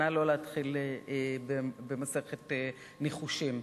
נא לא להתחיל במסכת ניחושים.